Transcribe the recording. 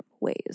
ways